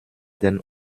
den